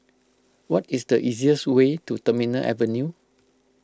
what is the easiest way to Terminal Avenue